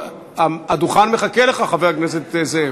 הדוכן מחכה לך, חבר הכנסת זאב.